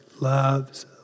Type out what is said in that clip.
loves